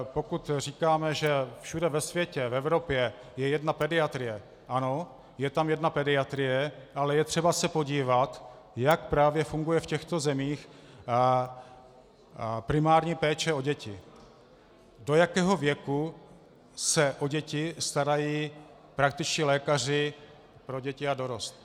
Pokud říkáme, že všude ve světě, v Evropě je jedna pediatrie, ano, je tam jedna pediatrie, ale je třeba se podívat, jak právě funguje v těchto zemích primární péče o děti, do jakého věku se o děti starají praktičtí lékaři pro děti a dorost.